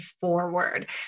forward